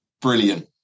Brilliant